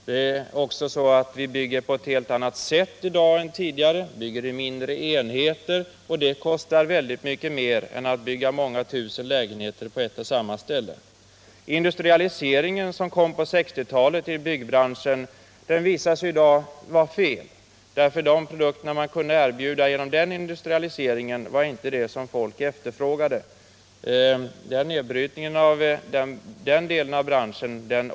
Vi bygger också på ett helt annat sätt i dag än tidigare. Vi bygger i mindre enheter, och det kostar mycket mer än att bygga många tusen lägenheter på ett och samma ställe. Den industrialisering som kom på 1960-talet i byggbranschen visar sig i dag vara en felsatsning. De produkter som man kunde erbjuda genom den industrialiseringen var inte vad folk efterfrågade. Omstruktureringen av den delen av branschen är dyr.